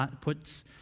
puts